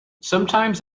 sometimes